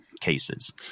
cases